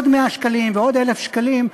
עוד 100 שקלים ועוד 1,000 שקלים,